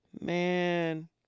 Man